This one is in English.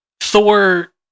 Thor